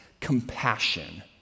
compassion